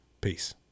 Peace